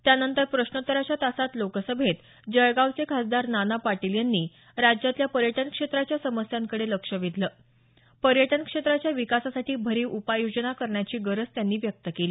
त्यानंतर प्रश्नोत्तराच्या तासात लोकसभेत जळगावचे खासदार नाना पाटील यांनी राज्यातल्या पर्यटनक्षेत्राच्या समस्यांकडे लक्ष वेधलं पर्यटन क्षेत्राच्या विकासासाठी भरीव उपाययोजना करण्याची गरज त्यांनी नमूद केली